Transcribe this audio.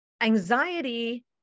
anxiety